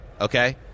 okay